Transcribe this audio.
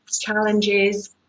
challenges